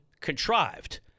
contrived